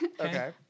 Okay